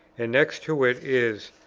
and next to it is,